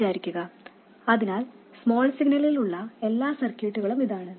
അതിനാൽ സ്മോൾ സിഗ്നലിൽ ഉള്ള എല്ലാ സർക്യൂട്ടുകളും ഇതാണ്